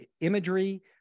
imagery